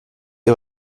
ihr